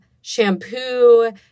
shampoo